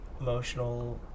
emotional